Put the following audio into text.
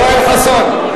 יואל חסון,